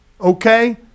Okay